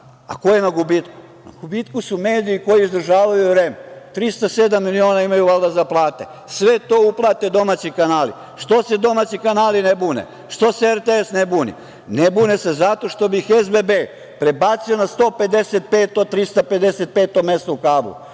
je na gubitku? Na gubitku su mediji koji izdržavaju REM, 307 miliona imaju za plate. Sve to uplate domaći kanali. Što se domaći kanali ne bune? Što se RTS ne buni? Ne bune se zato što bi ih SBB prebacio na 155, 355. mesto u kablu.